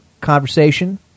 conversation